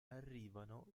arrivano